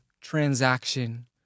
transaction